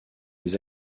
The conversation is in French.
les